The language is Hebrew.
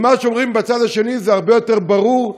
ומה שאומרים בצד השני הרבה יותר ברור,